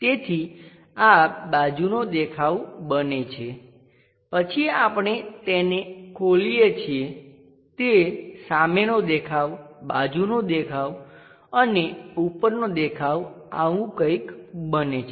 તેથી આ બાજુનો દેખાવ બને છે પછી આપણે તેને ખોલીએ છીએ તે સામેનો દેખાવ બાજુનો દેખાવ અને ઉપરનો દેખાવ આવું કંઈક બને છે